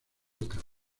cantante